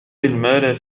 المال